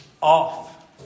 off